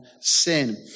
sin